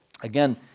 Again